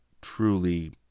truly